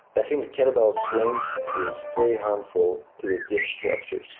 i think the kettle bell swings is very harmful to the disk structure.